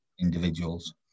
individuals